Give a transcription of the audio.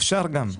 אפשר גם.